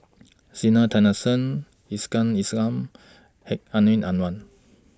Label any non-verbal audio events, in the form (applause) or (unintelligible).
Zena Tessensohn Iskandar (unintelligible) Hedwig Anuar